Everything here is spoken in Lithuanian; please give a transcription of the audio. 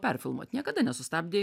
perfilmuot niekada nesustabdė